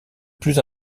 plus